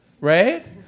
right